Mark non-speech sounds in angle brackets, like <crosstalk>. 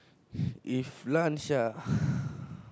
<breath> if lunch ah <breath>